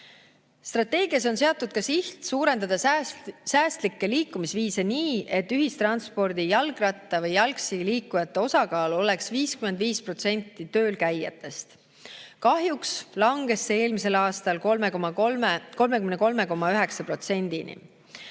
Strateegias on seatud ka siht suurendada säästlikke liikumisviise, nii et ühistranspordiga, jalgrattaga või jalgsi liikujate osakaal oleks tööl käijate hulgas 55%. Kahjuks langes see eelmisel aastal 33,9%-ni.